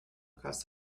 across